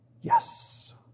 Yes